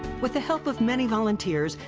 with the help of many volunteers,